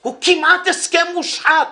הוא כמעט הסכם מושחת